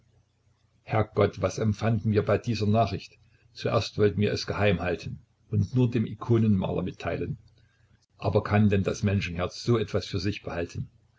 herrgott was empfanden wir bei dieser nachricht zuerst wollten wir es geheim halten und nur dem ikonenmaler mitteilen aber kann denn das menschenherz so etwas für sich behalten